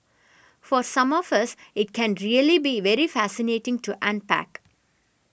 for some of us it can really be very fascinating to unpack